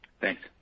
Thanks